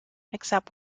except